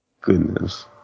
Goodness